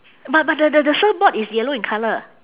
but but the the the surfboard is yellow in colour